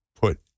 put